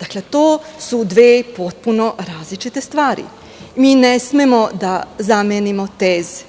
Dakle, to su dve potpuno različite stvari. Mi ne smemo da zamenimo teze.